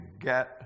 get